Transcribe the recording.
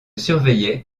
surveillaient